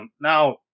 Now